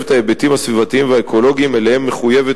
את ההיבטים הסביבתיים והאקולוגיים שאליהם מחויבת